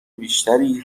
بیشتری